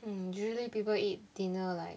mm usually people eat dinner like